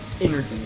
Energy